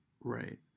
Right